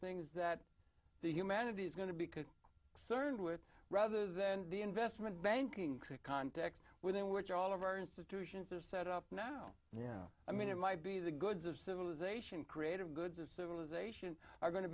things that the humanity is going to because cern to it rather then the investment banking to context within which all of our institutions are set up now yeah i mean it might be the goods of civilization creative goods of civilization are going to